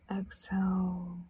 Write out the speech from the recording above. exhale